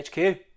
HQ